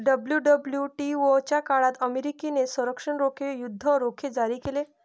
WWTO च्या काळात अमेरिकेने संरक्षण रोखे, युद्ध रोखे जारी केले